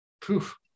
Poof